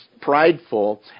prideful